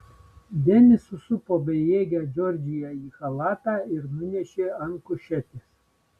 denis susupo bejėgę džordžiją į chalatą ir nunešė ant kušetės